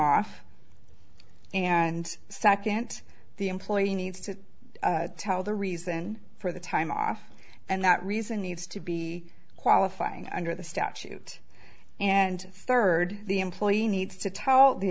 second the employer needs to tell the reason for the time off and that reason needs to be qualifying under the statute and starred the employee needs to tell the